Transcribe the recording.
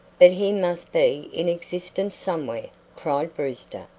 but he must be in existence somewhere, cried brewster,